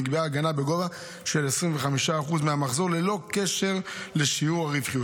נקבעה הגנה בגובה של 25% מהמחזור ללא קשר לשיעור הרווחיות.